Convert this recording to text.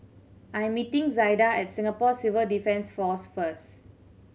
I'm meeting Zaida at Singapore Civil Defence Force first